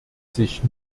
sich